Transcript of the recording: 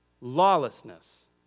lawlessness